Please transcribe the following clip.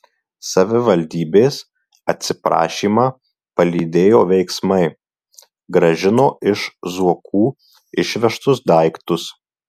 savivaldybės atsiprašymą palydėjo veiksmai grąžino iš zuokų išvežtus daiktus